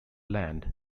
land